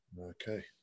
Okay